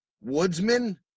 Woodsman